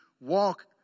walk